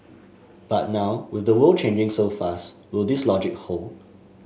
but now with the world changing so fast will this logic hold